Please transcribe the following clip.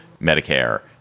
Medicare